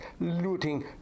looting